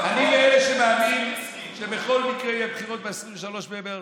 אני מאלה שמאמינים שבכל מקרה יהיו בחירות ב-23 במרץ.